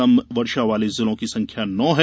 कम वर्षा वाले जिलों की संख्या नौ है